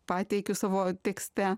pateikiu savo tekste